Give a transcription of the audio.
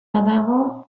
badago